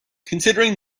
considering